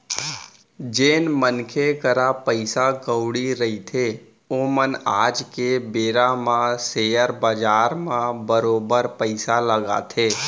जेन मनखे करा पइसा कउड़ी रहिथे ओमन आज के बेरा म सेयर बजार म बरोबर पइसा लगाथे